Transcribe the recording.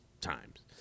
times